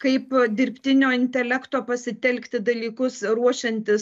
kaip dirbtinio intelekto pasitelkti dalykus ruošiantis